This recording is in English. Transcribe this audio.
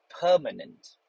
permanent